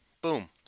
Boom